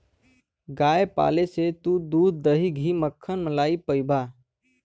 गाय पाले से तू दूध, दही, घी, मक्खन, मलाई पइबा